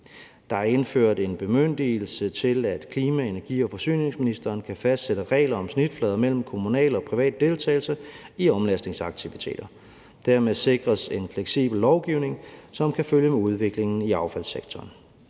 Der er indført en bemyndigelse til, at klima-, energi- og forsyningsministeren kan fastsætte regler om snitflader mellem kommunal og privat deltagelse i omlastningsaktiviteter. Dermed sikres en fleksibel lovgivning, som kan følge med udviklingen i affaldssektoren.